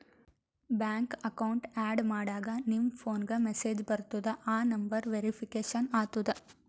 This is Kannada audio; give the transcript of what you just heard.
ಬ್ಯಾಂಕ್ ಅಕೌಂಟ್ ಆ್ಯಡ್ ಮಾಡಾಗ್ ನಿಮ್ ಫೋನ್ಗ ಮೆಸೇಜ್ ಬರ್ತುದ್ ಆ ನಂಬರ್ ವೇರಿಫಿಕೇಷನ್ ಆತುದ್